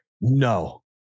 No